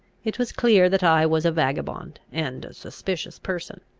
it was clear that i was a vagabond and a suspicious person.